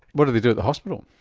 what did they do at the hospital?